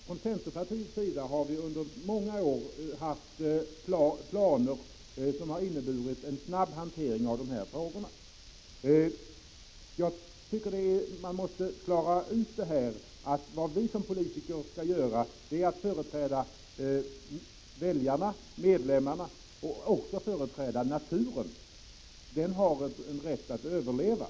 Från centerpartiets sida har vi under många år haft planer som har inneburit en snabb hantering av dessa frågor. Jag tycker att man måste klara ut att vad vi som politiker skall göra är att företräda väljarna, medlemmarna, men också att företräda naturen, som har rätt att överleva.